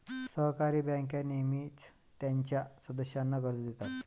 सहकारी बँका नेहमीच त्यांच्या सदस्यांना कर्ज देतात